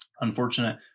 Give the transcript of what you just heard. Unfortunate